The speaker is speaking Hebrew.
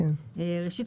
ראשית,